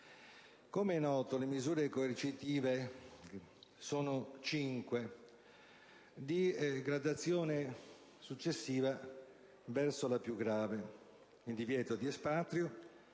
Com'è noto, le misure coercitive sono cinque, di gradazione successiva verso la più grave: il divieto di espatrio,